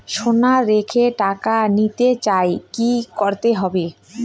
সোনা রেখে টাকা নিতে চাই কি করতে হবে?